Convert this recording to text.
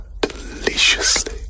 deliciously